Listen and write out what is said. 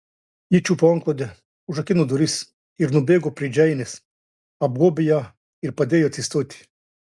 ji čiupo antklodę užrakino duris ir nubėgo prie džeinės apgobė ją ir padėjo atsistoti